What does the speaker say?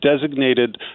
designated